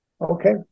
okay